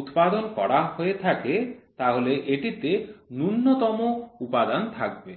উৎপাদন করা হয়ে থাকে তাহলে এটিতে ন্যূনতম উপাদান থাকবে